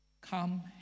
come